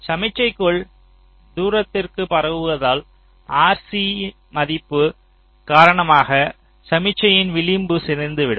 சமிக்ஞைகள் தூரத்திற்கு பரவுவதால் RC பாதிப்பின் காரணமாக சமிக்ஞையின் விளிம்பு சிதைந்துவிடும்